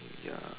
ya